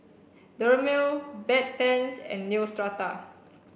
Dermale Bedpans and Neostrata